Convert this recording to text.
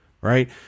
right